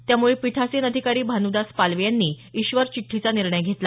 त्यामुळे पीठासीन अधिकारी भानुदास पालवे यांनी ईश्वर चिट्ठीचा निर्णय घेतला